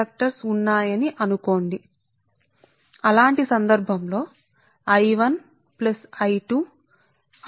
సరే కాబట్టి మీకు కండక్టర్ల సంఖ్య n కండక్టర్ల సంఖ్య ఉంది మరియు మేము దానిని I1 I2